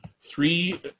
three